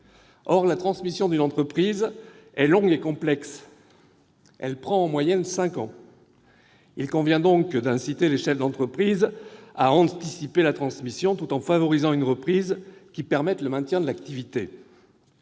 Or la transmission d'une entreprise est longue et complexe : elle prend en moyenne cinq ans. Il convient donc d'inciter les chefs d'entreprise à anticiper la transmission, tout en favorisant une reprise qui permette le maintien de l'activité.